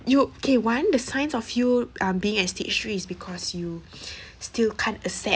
you K one the signs of you um being at stage three is because you still can't accept